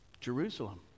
Jerusalem